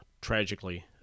tragically